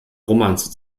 romanze